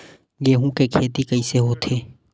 गेहूं के खेती कइसे होथे?